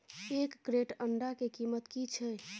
एक क्रेट अंडा के कीमत की छै?